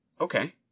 okay